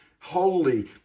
holy